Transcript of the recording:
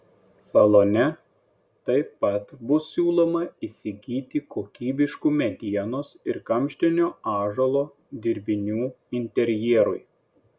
salone taip pat bus siūloma įsigyti kokybiškų medienos ir kamštinio ąžuolo dirbinių interjerui